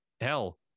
hell